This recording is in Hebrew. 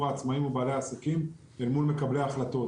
העצמאים ובעלי העסקים אל מול מקבלי ההחלטות.